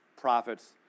profits